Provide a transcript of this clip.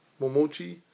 Momochi